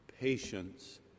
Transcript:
patience